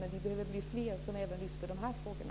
Men vi behöver bli fler som lyfter fram även de här frågorna.